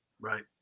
right